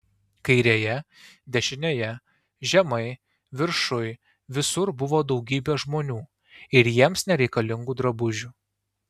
kairėje dešinėje žemai viršuj visur buvo daugybė žmonių ir jiems nereikalingų drabužių